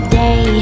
day